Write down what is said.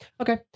okay